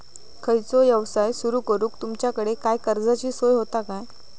खयचो यवसाय सुरू करूक तुमच्याकडे काय कर्जाची सोय होता काय?